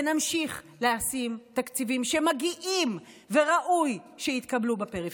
ונמשיך לשים תקציבים שמגיעים וראוי שיתקבלו בפריפריה.